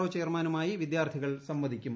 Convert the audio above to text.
O ചെയർമാനുമായി വിദ്യാർത്ഥികൾ സംവദിക്കും